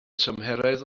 tymheredd